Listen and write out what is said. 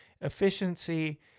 efficiency